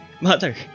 mother